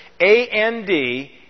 A-N-D